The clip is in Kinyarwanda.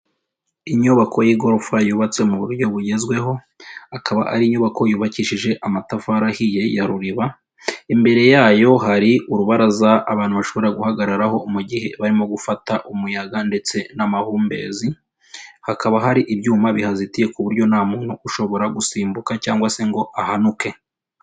Inyubako y'igorofa yubatse mu buryo bugezweho, akaba ari inyubako yubakishije amatafari ahiye ya ruriba, imbere yayo hari urubaraza abantu bashobora guhagararaho mu gihe barimo gufata umuyaga ndetse n'amahumbezi, hakaba hari ibyuma bihazitiye ku buryo nta muntu ushobora gusimbuka cyangwa se ngo ahanuke.